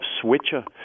switcher